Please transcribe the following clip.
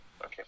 Okay